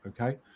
Okay